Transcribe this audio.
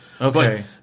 Okay